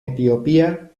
etiopía